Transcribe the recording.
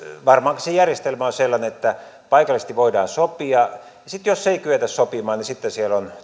varmaankin se järjestelmä on sellainen että paikallisesti voidaan sopia ja sitten jos ei kyetä sopimaan niin sitten siellä on